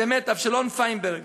שבאמת אבשלום פיינברג,